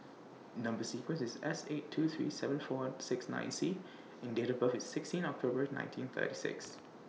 Number sequence IS S eight two three seven four six nine C and Date of birth IS sixteen October nineteen thirty six